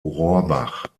rohrbach